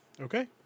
Okay